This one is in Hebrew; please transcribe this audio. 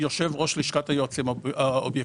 יושב ראש לשכת היועצים האובייקטיבים,